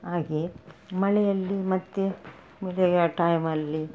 ಹಾಗೇ ಮಳೆಯಲ್ಲಿ ಮತ್ತು ಮಳೆಯ ಟೈಮಲ್ಲಿ